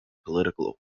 political